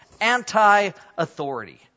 anti-authority